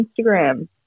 Instagram